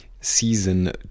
Season